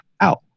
out